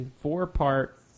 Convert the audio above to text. four-part